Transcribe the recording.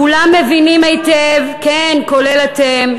כולם מבינים היטב, כן, כולל אתם.